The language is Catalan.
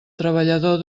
treballador